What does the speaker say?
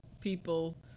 people